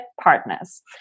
partners